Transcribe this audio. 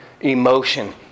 emotion